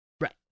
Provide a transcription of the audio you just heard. right